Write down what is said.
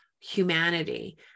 humanity